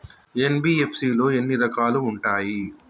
NBFC లో ఎన్ని రకాలు ఉంటాయి?